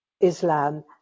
Islam